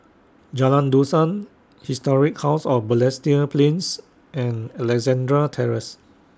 Jalan Dusan Historic House of Balestier Plains and Alexandra Terrace